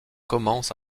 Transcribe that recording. commence